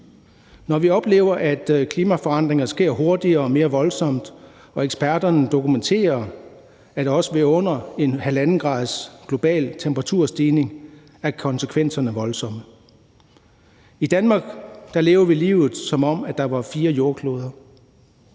Vi oplever, at klimaforandringerne sker hurtigere og mere voldsomt, og eksperterne dokumenterer, at også ved en global temperaturstigning på under 1,5 grader er konsekvenserne voldsomme. I Danmark lever vi livet, som om der var fire jordkloder.